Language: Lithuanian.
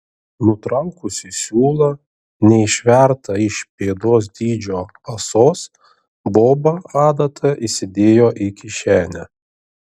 nutraukusi siūlą neišvertą iš pėdos dydžio ąsos boba adatą įsidėjo į kišenę